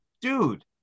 dude